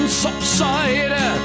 subside